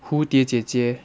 蝴蝶姐姐